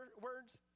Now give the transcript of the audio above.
words